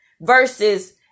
versus